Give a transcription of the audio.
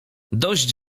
dość